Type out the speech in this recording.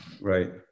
Right